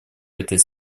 этой